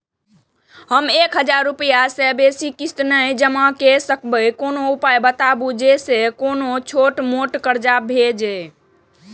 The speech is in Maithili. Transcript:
हम एक हजार रूपया से बेसी किस्त नय जमा के सकबे कोनो उपाय बताबु जै से कोनो छोट मोट कर्जा भे जै?